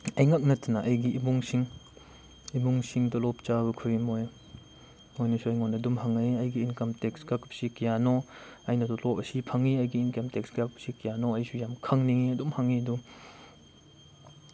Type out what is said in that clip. ꯑꯩꯈꯛ ꯅꯠꯇꯅ ꯑꯩꯒꯤ ꯏꯃꯨꯡꯁꯤꯡ ꯏꯃꯨꯡꯁꯤꯡ ꯇꯣꯂꯣꯞ ꯆꯥꯕ ꯈꯨꯗꯤꯡꯃꯛ ꯃꯣꯏꯅꯁꯨ ꯑꯗꯨꯝ ꯑꯩꯉꯣꯟꯗ ꯑꯗꯨꯝ ꯍꯪꯉꯛꯏ ꯑꯩꯒꯤ ꯏꯟꯀꯝ ꯇꯦꯛꯁ ꯀꯛꯄꯁꯤ ꯀꯌꯥꯅꯣ ꯑꯩꯅꯁꯨ ꯑꯩ ꯁꯤ ꯐꯪꯉꯤ ꯑꯩꯒꯤ ꯏꯟꯀꯝ ꯇꯦꯛꯁ ꯀꯥꯛꯄꯁꯤ ꯀꯌꯥꯅꯣ ꯑꯩꯁꯨ ꯌꯥꯝ ꯈꯪꯅꯤꯡꯉꯤ ꯑꯗꯨꯝ ꯍꯪꯉꯤ ꯑꯗꯨꯝ